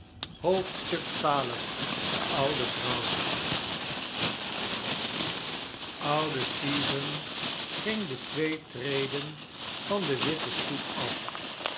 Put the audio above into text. xii de oude vrouw oude stephen ging de twee treden van de witte stoep af